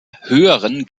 höheren